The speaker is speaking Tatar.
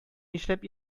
нишләп